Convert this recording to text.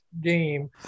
game